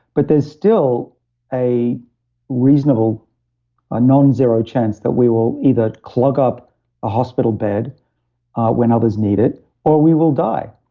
but there's still a reasonable ah non-zero chance that we will either clog up a hospital bed when others need it or we will die.